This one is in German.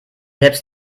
selbst